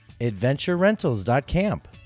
AdventureRentals.camp